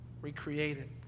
recreated